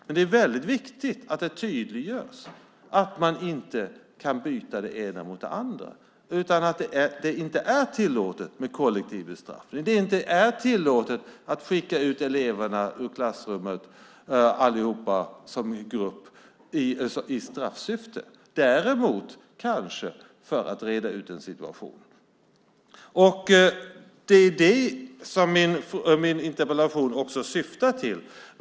Det är väldigt viktigt att det tydliggörs att man inte kan byta det ena mot det andra. Det är inte tillåtet med kollektiv bestraffning. Det är inte tillåtet att skicka ut alla eleverna ur klassrummet som grupp i straffsyfte men däremot kanske för att reda ut en situation. Min interpellation syftar till att tydliggöra det.